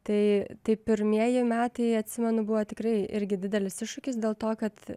tai tai pirmieji metai atsimenu buvo tikrai irgi didelis iššūkis dėl to kad